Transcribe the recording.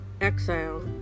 exile